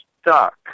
stuck